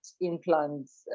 implants